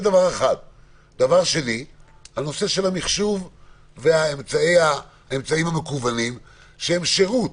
דבר שני זה הנושא של המחשוב והאמצעים המקוונים שהם שירות